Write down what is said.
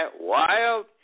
wild